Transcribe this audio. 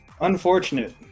Unfortunate